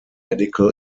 medical